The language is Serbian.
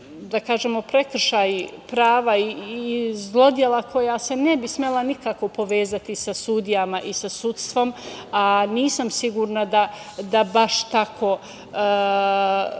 zapravo prekršaji prava i zlodela koja se ne bi smela nikako povezati sa sudijama i sa sudstvom, a nisam sigurna da baš tako